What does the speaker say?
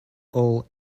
all